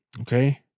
Okay